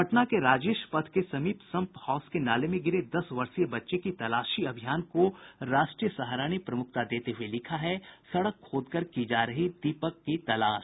पटना के राजेशपथ के समीप संप हाउस के नाले में गिरे दस वर्षीय बच्चे की तलाशी अभियान को राष्ट्रीय सहारा ने प्रमुखता देते हुये लिखा है सड़क खोदकर की जा रही दीपक की तलाश